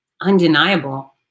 undeniable